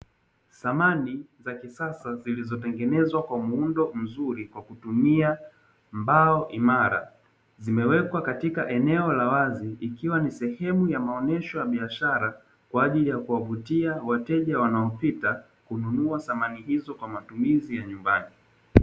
Samani za kisasa zilizotengenezwa kwa muundo mzuri, kwakutumia mbao imara, zimewekwa katika eneo la wazi, ikiwa ni sehemu ya maonyesho ya biashara kwaajili ya kuwavutia wateja wanaopita kununua samani hizo kwaajili ya matumizi ya nyumbani.